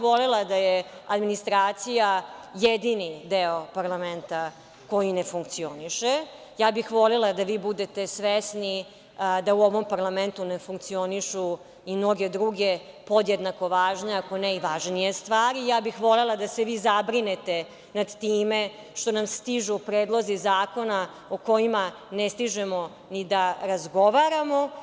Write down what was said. Volela bih da je administracija jedini deo parlamenta koji ne funkcioniše, volela bih da budete svesni da u ovom parlamentu ne funkcionišu i mnoge druge podjednako važne, ako ne i važnije stvari i volela bih da se vi zabrinete time što nam stižu predlozi zakona o kojima ne stižemo ni da razgovaramo.